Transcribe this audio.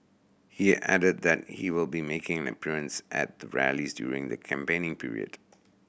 he added that he will be making an appearance at their rallies during the campaigning period